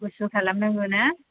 गुसु खालामनांगौ ना